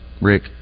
Rick